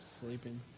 Sleeping